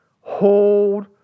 hold